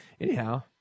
Anyhow